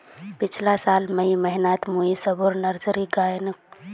पिछला साल मई महीनातमुई सबोर नर्सरी गायेनू